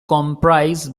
comprise